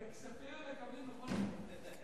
את הכספים הם מקבלים בכל מקרה.